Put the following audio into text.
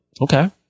okay